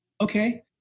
Okay